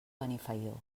benifaió